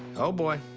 oh, boy.